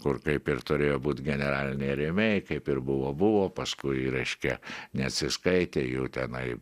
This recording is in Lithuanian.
kur kaip ir turėjo būt generaliniai rėmėjai kaip ir buvo buvo paskui reiškia neatsiskaitė jau tenai